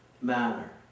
manner